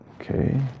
okay